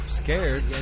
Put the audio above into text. scared